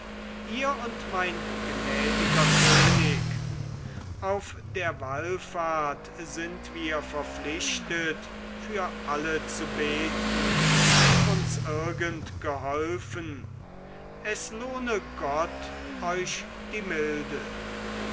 ihr und mein gnädiger könig auf der wallfahrt sind wir verpflichtet für alle zu beten die uns irgend geholfen es lohne gott euch die milde